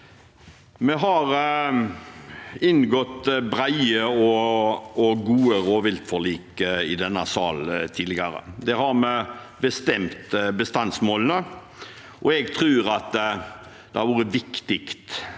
Vi har inngått bre- de og gode rovviltforlik i denne sal tidligere. Der har vi bestemt bestandsmålene, og jeg tror det er viktig at vi hegner